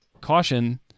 caution